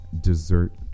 dessert